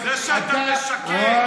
זה שאתה משקר,